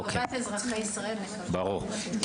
אוקיי, מי עוד?